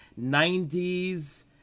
90s